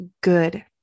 good